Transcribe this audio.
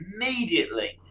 immediately